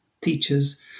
teachers